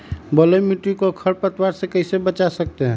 बलुई मिट्टी को खर पतवार से कैसे बच्चा सकते हैँ?